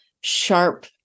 sharp